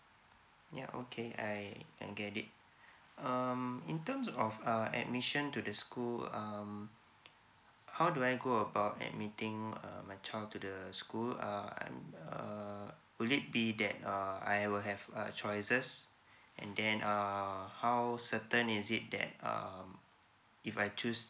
ya okay I I get it um in terms of err admission to the school um how do I go about admitting uh my child to the school uh uh would it be that uh I will have err choices and then um how certain is it that um if I choose